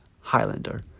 Highlander